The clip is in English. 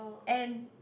and